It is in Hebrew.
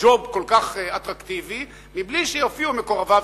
ג'וב כל כך אטרקטיבי בלי שיופיעו מקורביו